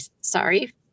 sorry